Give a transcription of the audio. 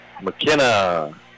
McKenna